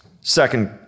Second